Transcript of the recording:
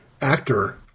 Actor